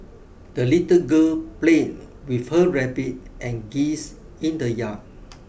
the little girl played with her rabbit and geese in the yard